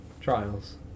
trials